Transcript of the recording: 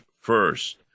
first